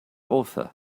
author